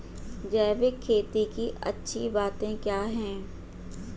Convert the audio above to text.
जैविक खेती की अच्छी बातें क्या हैं?